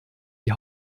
die